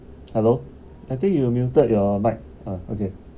hello I think you muted your mic oh okay